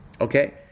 Okay